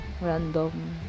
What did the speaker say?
random